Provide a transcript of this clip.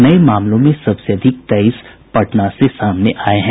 नये मामलों में सबसे अधिक तेईस पटना से सामने आये हैं